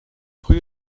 pwy